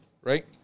right